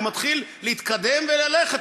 הוא מתחיל להתקדם וללכת,